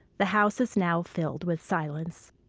the house is now filled with silence.